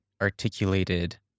articulated